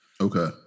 Okay